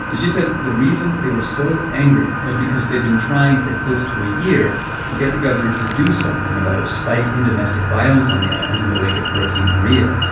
and she said the reason they were so angry was because they'd been trying for close to a year to get the governor to do something about a spike in domestic violence on the island in the wake of hurricane maria.